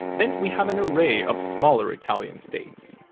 then we have an array of smaller italian states.